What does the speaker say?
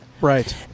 Right